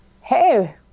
Hey